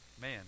man